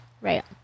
Right